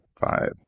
five